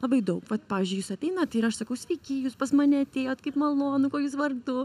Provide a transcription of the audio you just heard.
labai daug vat pavyzdžiui jūs ateinat ir aš sakau sveiki jūs pas mane atėjot kaip malonu kuo jūs vardu